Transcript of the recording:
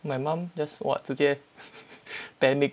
my mum just what 直接 panic